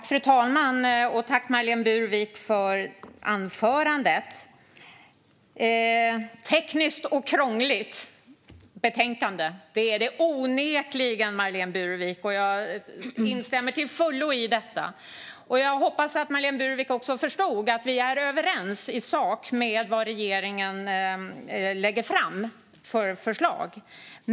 Fru talman! Tack, Marlene Burwick, för anförandet! Detta är onekligen ett tekniskt och krångligt betänkande, Marlene Burwick. Jag instämmer till fullo i detta. Jag hoppas att Marlene Burwick också förstod att vi i sak är överens när det gäller regeringens förslag.